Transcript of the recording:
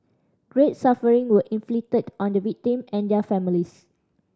great suffering was inflicted on the victim and their families